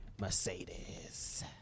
Mercedes